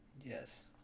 Yes